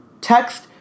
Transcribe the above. text